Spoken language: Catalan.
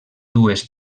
dues